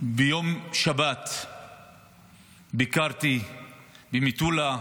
ביום שבת ביקרתי במטולה.